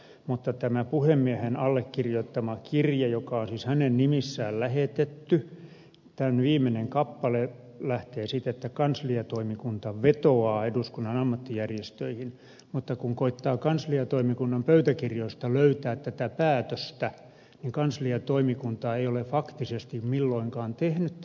en halua sitä liiaksi korostaa mutta tämän puhemiehen allekirjoittaman kirjeen joka on siis hänen nimissään lähetetty viimeinen kappale lähtee siitä että kansliatoimikunta vetoaa eduskunnan ammattijärjestöihin mutta kun koettaa kansliatoimikunnan pöytäkirjoista löytää tätä päätöstä niin kansliatoimikunta ei ole faktisesti milloinkaan tehnyt tämmöistä päätöstä